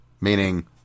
meaning